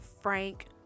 Frank